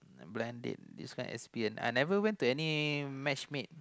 blind date that it's quite an experience I never went to any match made